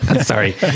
Sorry